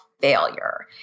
failure